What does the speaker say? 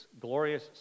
glorious